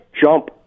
jump